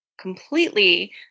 Completely